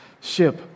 ship